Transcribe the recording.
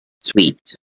sweet